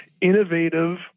innovative